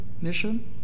mission